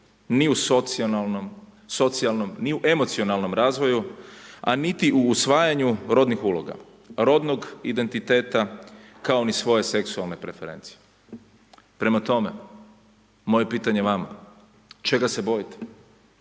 ni u emocionalnom razvoju, a niti u usvajanju rodnih uloga, rodnog identiteta kao ni svoje seksualne preferencije. Prema tome, moje pitanje vama, čega se bojite?